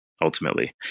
ultimately